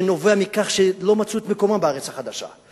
שנובע מכך שהם לא מצאו את מקומם בארץ החדשה.